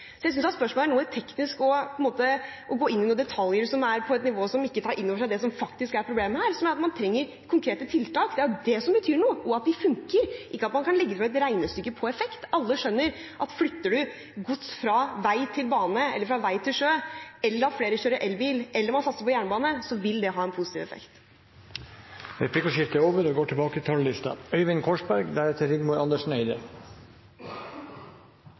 Så jeg synes at spørsmålet er noe teknisk og går inn i noen detaljer som er på et nivå som ikke tar inn over seg det som faktisk er problemet her, som er at man trenger konkrete tiltak. Det er jo det som betyr noe, og at de funker, ikke at man kan legge frem et regnestykke på effekt. Alle skjønner at flytter man gods fra vei til bane eller fra vei til sjø, eller flere kjører elbil, eller man satser på jernbane, vil det ha en positiv effekt. Replikkordskiftet er over. La meg starte med å takke statsråden for en svært god og